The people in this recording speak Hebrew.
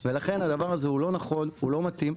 ולכן, הדבר הזה הוא לא נכון, הוא לא מתאים.